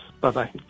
Bye-bye